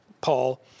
Paul